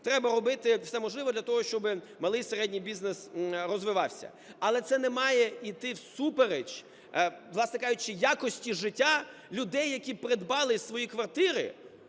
треба робити все можливе для того, щоб малий і середній бізнес розвивався, але це не має іти всупереч, власне кажучи, якості життя людей, які придбали свої квартири,